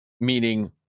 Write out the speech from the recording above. meaning